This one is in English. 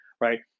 right